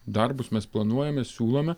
darbus mes planuojame siūlome